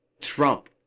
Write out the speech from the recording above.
trump